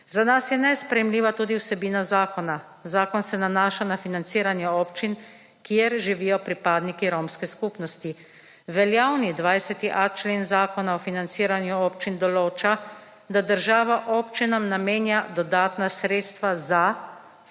Za nas je nesprejemljiva tudi vsebina zakona. Zakon se nanaša na financiranje občin, kjer živijo pripadniki romske skupnosti. Veljavni 20.a člen Zakona o financiranju občin določa, da država občinam namenja dodatna sredstva za